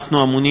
אנחנו ממונים,